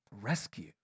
rescue